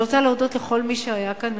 אני רוצה להודות לכל מי שהיה כאן,